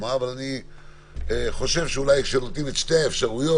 אבל אני חושב שכשנותנים את שתי האפשרויות,